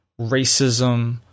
racism